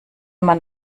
man